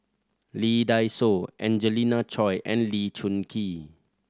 Lee Dai Soh Angelina Choy and Lee Choon Kee